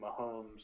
Mahomes